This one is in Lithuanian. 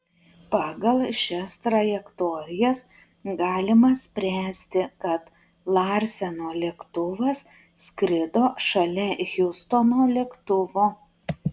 pagal šias trajektorijas galima spręsti kad larseno lėktuvas skrido šalia hiustono lėktuvo